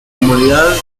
humanidad